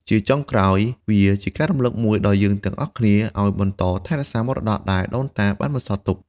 ជាចុងក្រោយ វាជាការរំលឹកមួយដល់យើងទាំងអស់គ្នាឲ្យបន្តថែរក្សាមរតកដែលដូនតាបានបន្សល់ទុក។